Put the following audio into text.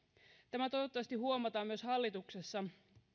tämä toivottavasti huomataan myös hallituksessa